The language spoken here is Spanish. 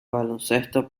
baloncesto